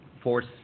force